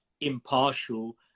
impartial